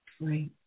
Right